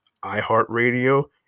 iHeartRadio